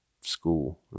school